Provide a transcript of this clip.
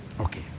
Okay